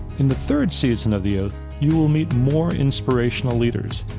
in the third season of the oath. you will need more inspirational leaders,